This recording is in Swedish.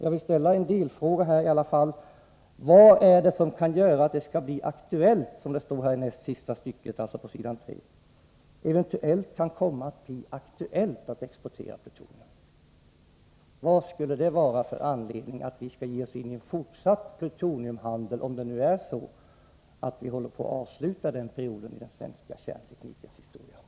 Jag vill ställa en följdfråga: Vad är det som kan föranleda att det eventuellt kan bli aktuellt med export av plutonium? Vad skulle få oss att fortsätta att handla med plutonium, om det nu är så att vi håller på att avsluta den perioden i svensk kärntekniks historia?